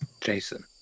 Jason